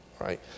right